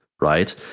right